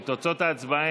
תוצאות ההצבעה